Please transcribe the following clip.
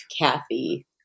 Kathy